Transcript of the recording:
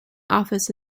office